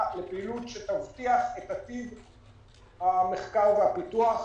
לפעילות שתבטיח את עתיד המחקר והפיתוח,